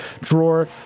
drawer